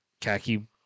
khaki